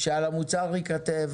שעל המוצר ייכתב